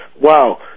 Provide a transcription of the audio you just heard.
wow